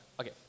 Okay